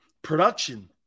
Production